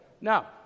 Now